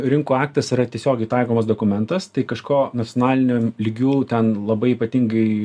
rinkų aktas yra tiesiogiai taikomas dokumentas tai kažko nacionaliniu lygiu ten labai ypatingai